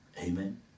Amen